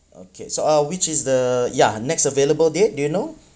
okay so uh which is the ya next available date do you know